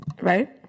right